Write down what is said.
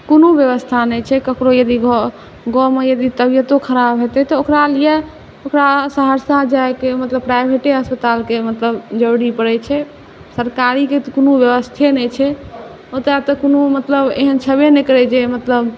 कोनो बेबस्था नहि छै ककरो यदि गाँवमे यदि तबिअतो खराब हेतै तऽ ओकरालिए ओकरा सहरसा जाइके मतलब प्राइवेटे अस्पतालके मतलब जरूरी पड़ै छै सरकारीके तऽ कोनो बेबस्थे नहि छै ओतऽ तऽ कोनो मतलब एहन छेबे नहि करै जे मतलब